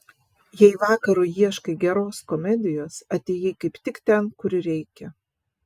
jei vakarui ieškai geros komedijos atėjai kaip tik ten kur reikia